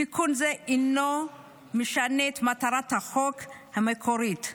תיקון זה אינו משנה את מטרת החוק המקורית,